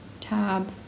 tab